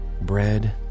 bread